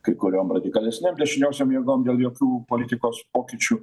kaip kuriom radikalesnėm dešiniosiom jėgom dėl jokių politikos pokyčių